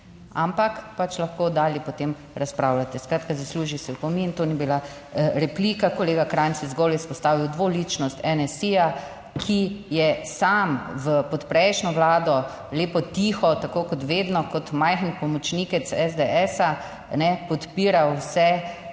ampak pač lahko dali potem razpravljate. Skratka, zasluži si opomin. To ni bila replika, kolega Krajnc je zgolj izpostavil dvoličnost NSi, ja, ki je sam v pod prejšnjo vlado lepo tiho tako kot vedno kot majhen pomočnike SDS ne podpira vse.